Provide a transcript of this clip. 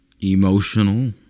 emotional